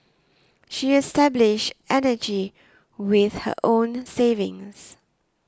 she established energy with her own savings